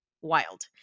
wild